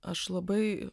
aš labai